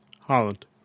holland